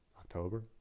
October